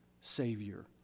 Savior